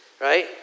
right